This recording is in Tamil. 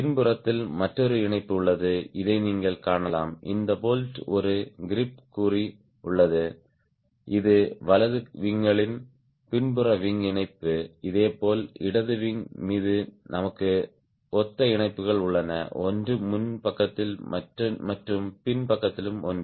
பின்புறத்தில் மற்றொரு இணைப்பு உள்ளது இதை நீங்கள் காணலாம் இந்த போல்ட் ஒரு க்ரீப் குறி உள்ளது இது வலதுவிங்களின் பின்புற விங் இணைப்பு இதேபோல் இடதுவிங் மீது நமக்கு ஒத்த இணைப்புகள் உள்ளன ஒன்று முன் பக்கத்தில் மற்றும் பின் பக்கத்தில் ஒன்று